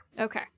Okay